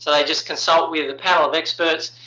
so they just consult with a panel of experts,